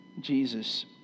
Jesus